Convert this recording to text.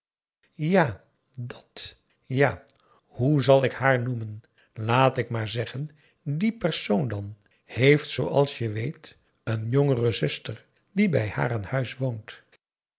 ja dat ja hoe zal ik haar noemen laat ik maar zeggen die persoon dan heeft zooals je weet een jongere zuster die bij haar aan huis woont